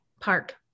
Park